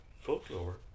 folklore